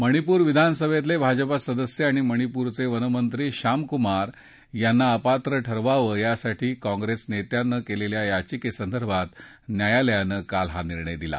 मणिपूर विधानसभेतले भाजपा सदस्य आणि मणिपूरचे वनमंत्री थ श्यामकुमार यांना अपात्र ठरवावं यासाठी काँग्रेस नेत्यांनं केलेल्या याविकेसंदर्भात न्यायालयानं काल हा निर्णय दिला